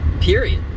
period